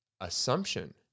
assumption